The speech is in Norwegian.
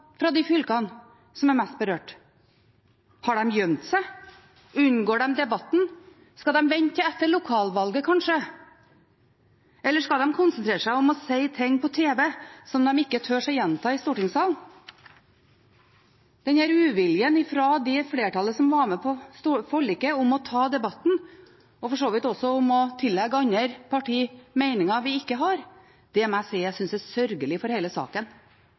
fra de fylkene som er mest berørt? Har de gjemt seg, unngår de debatten, skal de vente til etter lokalvalget, kanskje? Eller skal de konsentrere seg om å si ting på tv som de ikke tør å gjenta i stortingssalen? Denne uviljen fra det flertallet som var med på forliket, mot å ta debatten, og som for så vidt også tillegger andre partier meninger de ikke har, må jeg si jeg synes er sørgelig for hele saken